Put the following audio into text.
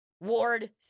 Ward